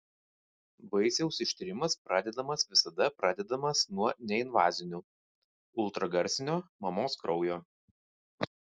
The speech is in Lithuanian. vaisiaus ištyrimas pradedamas visada pradedamas nuo neinvazinių ultragarsinio mamos kraujo